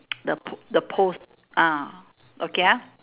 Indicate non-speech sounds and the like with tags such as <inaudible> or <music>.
<noise> the the post ah okay ah